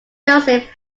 joseph